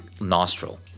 nostril